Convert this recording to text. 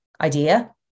idea